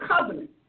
covenant